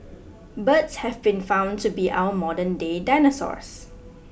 birds have been found to be our modern day dinosaurs